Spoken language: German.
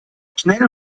schnell